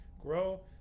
grow